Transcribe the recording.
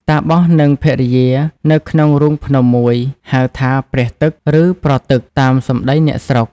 តាបសនិងភរិយានៅក្នុងរូងភ្នំមួយ ហៅថា ព្រះទឹក ឬ ប្រទឹក តាមសំដីអ្នកស្រុក ។